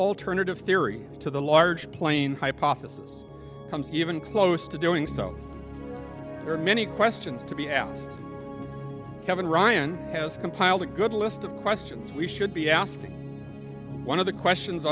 alternative theory to the large plane hypothesis comes even close to doing so for many questions to be asked kevin ryan has compiled a good list of questions we should be asking one of the questions